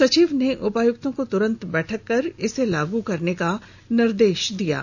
सचिव ने उपायुक्तों को बैठक कर इसे लागू करने का निर्देश दिया है